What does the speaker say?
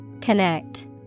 Connect